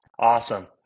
Awesome